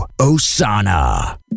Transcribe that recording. Osana